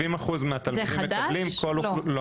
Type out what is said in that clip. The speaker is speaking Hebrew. כ-70% אחוז מהתלמידים מקבלים כל --- זה חדש?